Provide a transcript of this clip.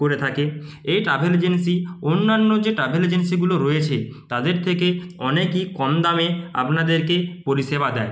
করে থাকে এই ট্রাভেল এজেন্সি অন্যান্য যে ট্রাভেল এজেন্সিগুলো রয়েছে তাদের থেকে অনেকই কম দামে আপনাদেরকে পরিষেবা দেয়